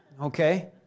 okay